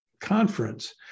conference